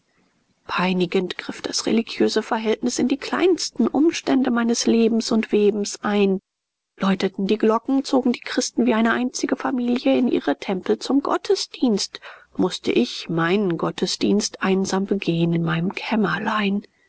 peinigend griff das religiöse verhältnis in die kleinsten umstände meines lebens und webens ein läuteten die glocken zogen die christen wie eine einzige familie in ihre tempel zum gottesdienst mußte ich meinen gottesdienst einsam begehen in meinem kämmerlein